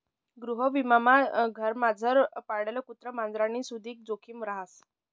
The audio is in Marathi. गृहविमामा घरमझार पाळेल कुत्रा मांजरनी सुदीक जोखिम रहास